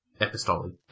Epistolary